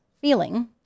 feeling